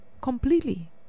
completely